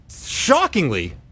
shockingly